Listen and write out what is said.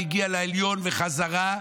הגיע לעליון וחזרה,